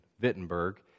Wittenberg